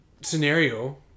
scenario